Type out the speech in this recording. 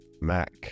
mac